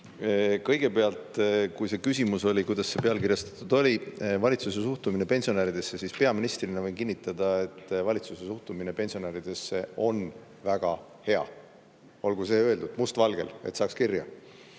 kõigepealt, kui see küsimus oli, kuidas see pealkirjastatud oli, valitsuse suhtumine pensionäridesse, siis peaministrina võin kinnitada, et valitsuse suhtumine pensionäridesse on väga hea. Olgu see öeldud, must-valgel, et saaks